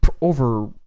over